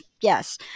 yes